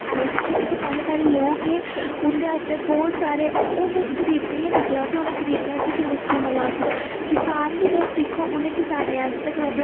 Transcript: ते जेह्के जेह्के पैह्लें पैह्लें लोग हे उंदे आस्तै बहोत सारे हून तुस गरीबें ई गै दिक्खी लैओ उनें गरीबें आस्तै किन्नियां स्कीमां लांच कीत्तियां किसान गी तुस दिक्खो की उनें किसान आस्तै किन्ना